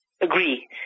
agree